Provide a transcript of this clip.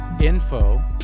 info